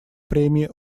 премии